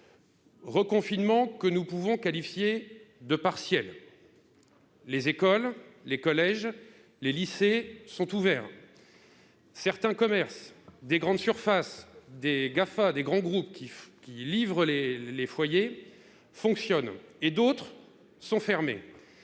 reconfinement, que nous pouvons qualifier de partiel. Les écoles, les collèges et les lycées sont ouverts ; certains commerces, les grandes surfaces, les GAFA et les grands groupes qui livrent les foyers travaillent, tandis que d'autres sont fermés.